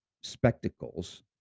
spectacles